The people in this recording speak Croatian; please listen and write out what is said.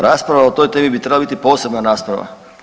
Rasprava o toj temi bi trebala biti posebna rasprava.